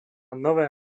nové